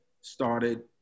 started